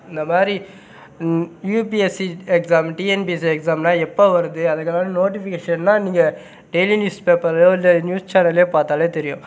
இந்த மாதிரி UPSC exam TNPSC எக்ஸாம்லாம் எப்போ வருது அதுக்கு எதாவது நோட்டிஃபிகேஷன்லாம் நீங்கள் டெய்லி நியூஸ் பேப்பரையோ இல்லை நியூஸ் சேனலில் பார்த்தாலே தெரியும்